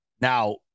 Now